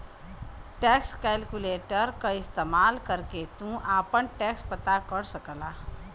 tax calculator क इस्तेमाल करके तू आपन टैक्स पता कर सकला